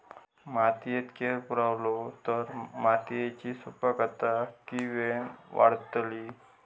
मातयेत कैर पुरलो तर मातयेची सुपीकता की वेळेन वाडतली?